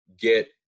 get